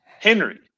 Henry